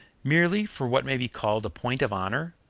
merely for what may be called a point of honor,